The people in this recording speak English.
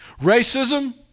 Racism